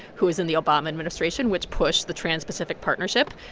who is in the obama administration, which pushed the trans-pacific partnership,